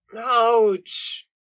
Ouch